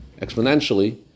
exponentially